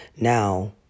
Now